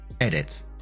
Edit